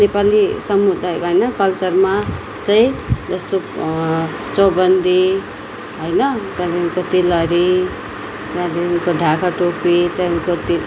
नेपाली समुदायमा होइन कल्चरमा चाहिँ जस्तो चौबन्दी होइन त्यहाँदेखिको तिलहरी त्यहाँदेखिको ढाका टोपी त्यहाँदेखिको